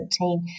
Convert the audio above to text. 2017